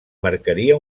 marcaria